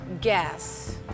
guess